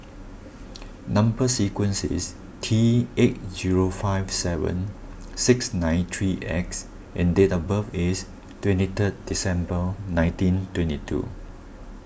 Number Sequence is T eight zero five seven six nine three X and date of birth is twenty third December nineteen twenty two